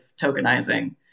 tokenizing